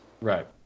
Right